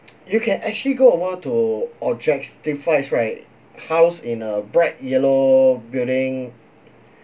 you can actually go over to objectifs right housed in a bright yellow building